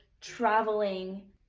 traveling